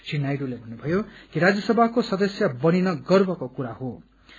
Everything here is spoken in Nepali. श्री नायड्रूले भन्नुपयो कि राज्यसभाको सदस्य बनिन गर्वको कुरा क्षे